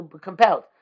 compelled